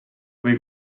või